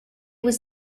was